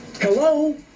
Hello